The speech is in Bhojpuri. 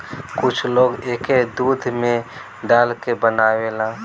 कुछ लोग एके दूध में डाल के बनावेला